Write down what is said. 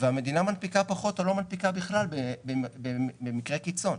והמדינה מנפיקה פחות או לא מנפיקה בכלל במקרי קיצון.